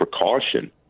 precaution